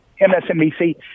MSNBC